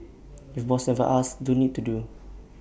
if boss never asks don't need to do